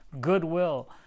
goodwill